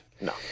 No